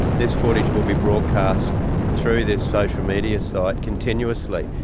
this footage will be broadcast through this social media site continuously.